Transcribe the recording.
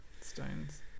Stones